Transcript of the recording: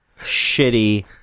shitty